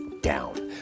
down